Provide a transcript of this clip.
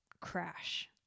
crash